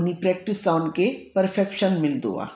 उन्ही प्रेक्टिस सां उनखे पेर्फ़ेक्शन मिलंदो आहे